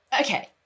okay